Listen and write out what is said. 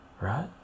Right